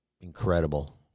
incredible